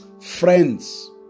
friends